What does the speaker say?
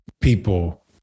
people